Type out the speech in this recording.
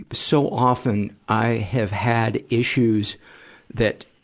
so often, i have had issues that,